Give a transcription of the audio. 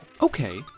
Okay